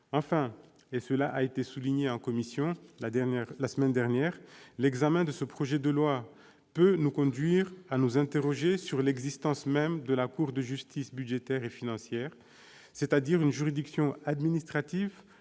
Enfin, et cela a été souligné en commission la semaine dernière, l'examen de ce projet de loi peut nous conduire à nous interroger sur l'existence même de la Cour de discipline budgétaire et financière, qui est une juridiction administrative,